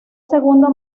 segundo